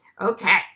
Okay